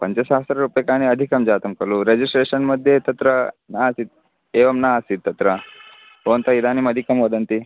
पञ्चसहस्ररूप्यकाणि अधिकं जातं कलु रेजिस्ट्रेशन् मध्ये तत्र न आसीत् एवं न आसीत् तत्र भवन्तः इदानीम् अधिकं वदन्ति